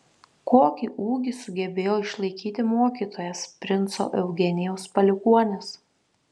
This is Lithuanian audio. kokį ūgį sugebėjo išlaikyti mokytojas princo eugenijaus palikuonis